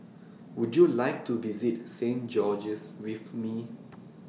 Would YOU like to visit Saint George's with Me